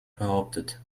behauptet